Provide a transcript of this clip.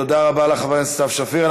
תודה רבה לחברת הכנסת סתיו שפיר.